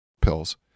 pills